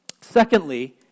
Secondly